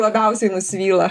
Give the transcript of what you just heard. labiausiai nusvyla